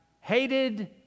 hated